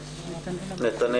את יכולה